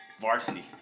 varsity